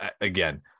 again